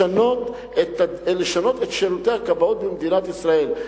לשנות את שירותי הכבאות במדינת ישראל.